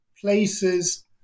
Places